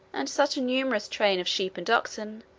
and such a numerous train of sheep and oxen,